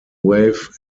wave